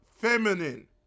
feminine